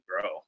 grow